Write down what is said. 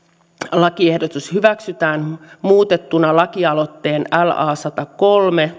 lakiehdotus hyväksytään muutettuna lakialoitteen satakolme